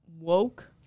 woke